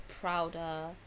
prouder